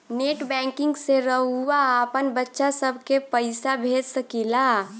net banking से रउआ आपन बच्चा सभ के पइसा भेज सकिला